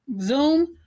Zoom